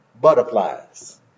butterflies